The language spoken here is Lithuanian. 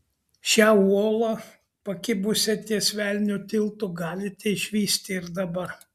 šią uolą pakibusią ties velnio tiltu galite išvysti ir dabar